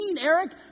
Eric